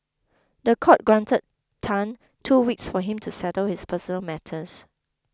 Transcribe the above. the court granted Tan two weeks for him to settle his personal matters